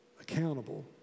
accountable